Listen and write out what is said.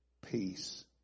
peace